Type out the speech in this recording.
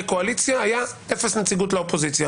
קואליציה ולא הייתה נציגות של אופוזיציה.